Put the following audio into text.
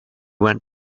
went